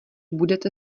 budete